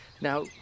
now